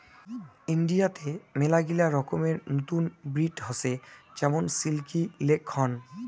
ইন্ডিয়াতে মেলাগিলা রকমের নতুন ব্রিড হসে যেমন সিল্কি, লেগহর্ন